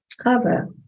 cover